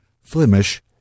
Flemish